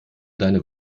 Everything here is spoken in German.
deine